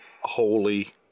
Holy